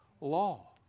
Law